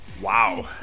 Wow